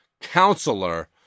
counselor